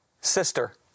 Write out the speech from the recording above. sister